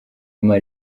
ama